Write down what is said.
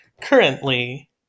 Currently